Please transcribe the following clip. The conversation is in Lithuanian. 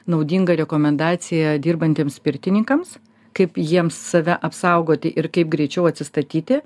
naudingą rekomendaciją dirbantiems pirtininkams kaip jiems save apsaugoti ir kaip greičiau atsistatyti